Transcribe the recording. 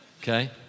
okay